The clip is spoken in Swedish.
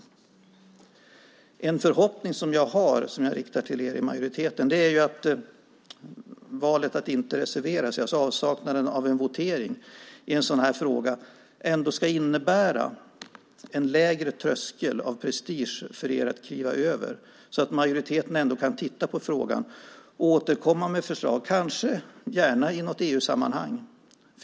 Min förhoppning som jag riktar till majoriteten är att valet att inte reservera sig - avsaknaden av en votering - i en sådan fråga ändå ska innebära en lägre tröskel av prestige för er att kliva över. Då kan majoriteten titta på frågan och återkomma med förslag, gärna i något EU-sammanhang.